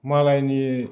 मालायनि